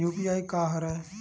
UPI का हरय?